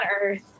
earth